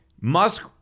Musk